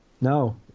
No